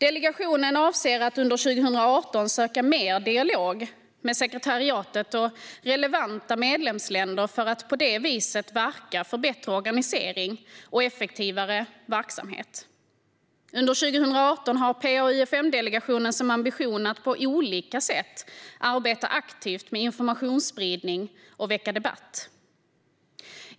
Delegationen avser att under 2018 söka mer dialog med sekretariatet och relevanta medlemsländer för att på det viset verka för bättre organisering och effektivare verksamhet. Under 2018 har PA-UfM-delegationen som ambition att på olika sätt arbeta aktivt med informationsspridning och väcka debatt.